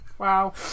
Wow